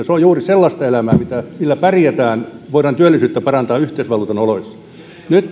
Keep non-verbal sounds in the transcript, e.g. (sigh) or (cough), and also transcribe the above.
(unintelligible) se on juuri sellaista elämää millä pärjätään voidaan työllisyyttä parantaa yhteisvaluutan oloissa nyt (unintelligible)